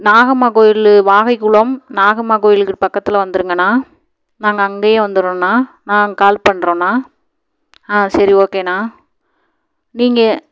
நாகம்மா கோயில் வாகைகுளம் நாகம்மா கோயிலுக்கு பக்கத்தில் வந்துருங்கண்ணா நாங்கள் அங்கேயே வந்துடுறோண்ணா நாங்கள் கால் பண்ணுறோன்ணா ஆ சரி ஓகேண்ணா நீங்கள்